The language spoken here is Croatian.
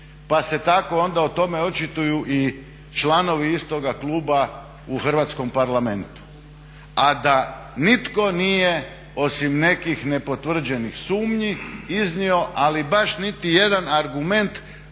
pa se tako onda o tome očituju i članovi istoga kluba u Hrvatskom parlamentu. A da nitko nije osim nekih nepotvrđenih sumnji iznio ali baš nitijedan argument